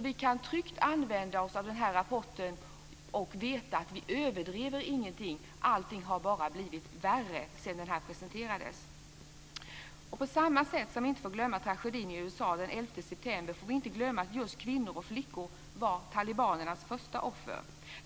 Vi kan tryggt använda oss av rapporten och veta att vi inte överdriver någonting - allting har bara blivit värre sedan den presenterades. På samma sätt som vi inte får glömma tragedin i USA den 11 september får vi inte glömma att just kvinnor och flickor var talibanernas första offer.